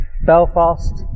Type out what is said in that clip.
Belfast